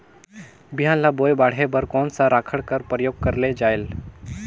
बिहान ल बोये बाढे बर कोन सा राखड कर प्रयोग करले जायेल?